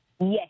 Yes